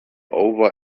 over